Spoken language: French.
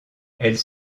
elles